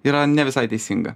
yra ne visai teisinga